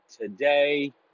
today